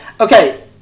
okay